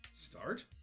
Start